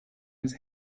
his